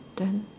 then